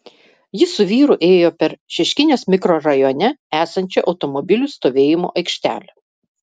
ji su vyru ėjo per šeškinės mikrorajone esančią automobilių stovėjimo aikštelę